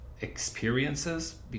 experiences